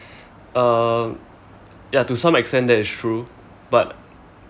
um ya to some extent that is true but